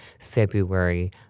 February